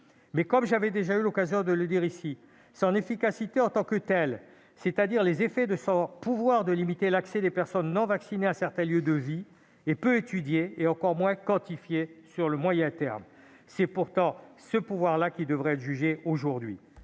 comme j'ai déjà eu l'occasion de l'indiquer ici, son efficacité en tant que telle, c'est-à-dire son simple pouvoir de limiter l'accès des personnes non vaccinées à certains lieux de vie, est peu étudiée et encore moins quantifiée à moyen terme. C'est pourtant ce pouvoir qu'il faudrait juger aujourd'hui.